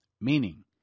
Meaning